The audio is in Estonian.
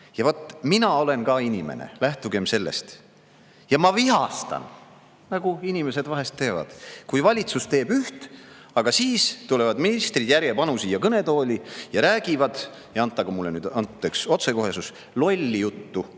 Ja vaat mina olen ka inimene, lähtugem sellest. Ja ma vihastan, nagu inimesed vahel teevad, kui valitsus teeb üht, aga siis tulevad ministrid järjepanu siia kõnetooli ja räägivad – antagu mulle nüüd andeks otsekohesus – lolli juttu